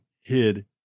hid